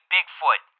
Bigfoot